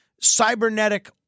cybernetic